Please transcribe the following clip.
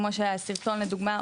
כמו שהיה סרטון לדוגמא,